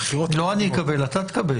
לא אני אקבל, אתה תקבל.